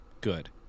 good